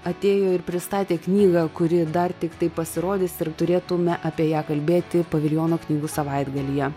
atėjo ir pristatė knygą kuri dar tiktai pasirodys ir turėtumėme apie ją kalbėti paviljono knygų savaitgalyje